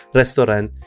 restaurant